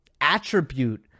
attribute